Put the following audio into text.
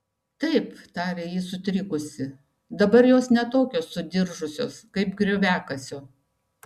taip tarė ji sutrikusi dabar jos ne tokios sudiržusios kaip grioviakasio